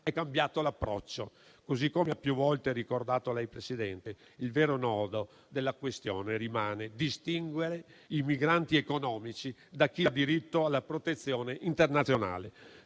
È cambiato l'approccio; così come ha più volte ricordato lei, Presidente, il vero nodo della questione rimane distinguere i migranti economici da chi ha diritto alla protezione internazionale.